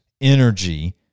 energy